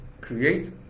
Create